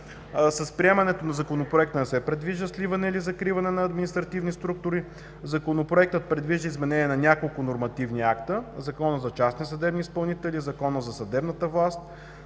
С приемането на Законопроекта не се предвижда сливане или закриване на административни структури. Законопроектът предвижда изменения на няколко нормативни акта – Закона за частните съдебни изпълнители, Закона за съдебната власт,